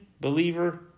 believer